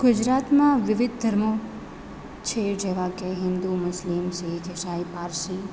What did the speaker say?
ગુજરાતમાં વિવિધ ધર્મો છે જેવા કે હિન્દુ મુસ્લિમ શીખ ઈસાઈ પારસી